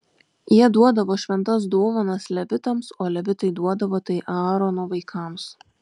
jie duodavo šventas dovanas levitams o levitai duodavo tai aarono vaikams